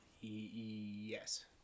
Yes